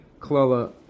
klala